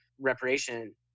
reparation